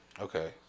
okay